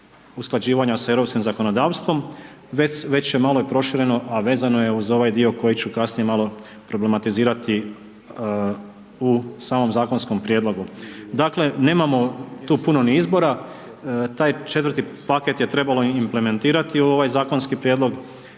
usklađivanja sa europskim zakonodavstvom, već je malo i prošireno, a vezano je uz ovaj dio koji ću kasnije malo problematizirati u samom zakonskom prijedlogu. Dakle, nemamo tu puno ni izbora, taj četvrti paket je trebalo implementirati u ovaj zakonski prijedlog